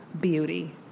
beauty